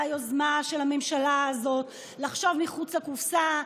על היוזמה של הממשלה הזאת לחשוב מחוץ לקופסה,